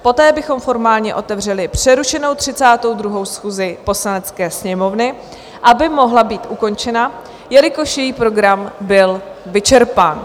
Poté bychom formálně otevřeli přerušenou 32. schůzi Poslanecké sněmovny, aby mohla být ukončena, jelikož její program byl vyčerpán.